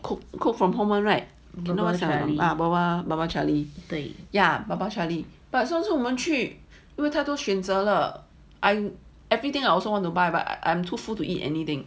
cook cook from home right ya Baba Charlie 上次我们去因为太多选择了 I everything I also want to buy but I I'm too full to eat anything